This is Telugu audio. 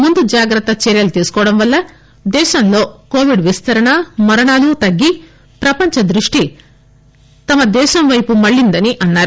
ముందు జాగ్రత్త చర్యలు తీసుకోవడం వల్ల దేశంలో కోవిడ్ విస్తరణ మరణాలు తగ్గి ప్రపంచ దృష్టి తమ వైపు మళ్ళిందని అన్నారు